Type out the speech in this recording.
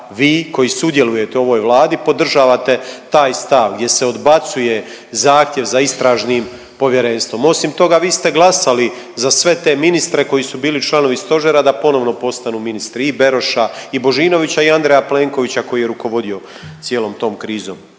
vi koji sudjelujete u ovoj Vladi podržavate taj stav gdje se odbacuje zahtjev za Istražnim povjerenstvom. Osim toga, vi ste glasali za sve te ministre koji su bili članovi Stožera da ponovno postanu ministri i Beroša i Božinovića i Andreja Plenkovića koji je rukovodio cijelom tom krizom.